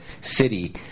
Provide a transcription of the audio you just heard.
city